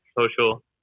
social